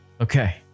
Okay